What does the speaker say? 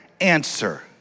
answer